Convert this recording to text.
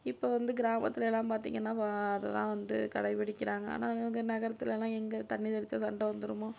இப்போது வந்து கிராமத்தில் எல்லாம் பார்த்தீங்கனா அதை தான் வந்து கடைப்பிடிக்கிறாங்க ஆனால் அவங்க நகரத்தில்லாம் எங்கே தண்ணி தெளித்தா சண்டை வந்துடுமோ